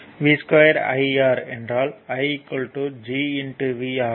V I R என்றால் I G V ஆகும்